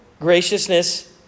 graciousness